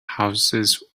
houses